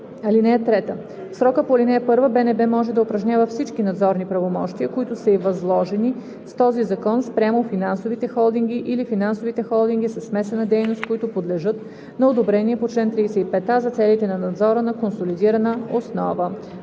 (3) В срока по ал. 1 БНБ може да упражнява всички надзорни правомощия, които са ѝ възложени с този закон, спрямо финансовите холдинги или финансовите холдинги със смесена дейност, които подлежат на одобрение по чл. 35а, за целите на надзора на консолидирана основа.“